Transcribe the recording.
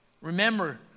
Remember